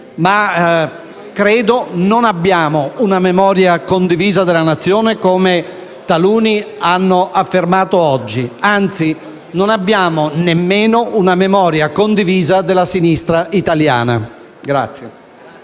ma credo che non abbiamo una memoria condivisa dalla Nazione, come taluni hanno invece affermato oggi. Anzi, non abbiamo nemmeno una memoria condivisa dalla sinistra italiana.